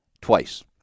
twice